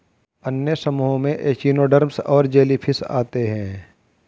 अन्य समूहों में एचिनोडर्म्स और जेलीफ़िश आते है